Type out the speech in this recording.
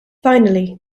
finally